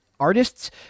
Artists